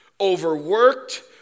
overworked